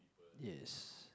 yes